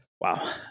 Wow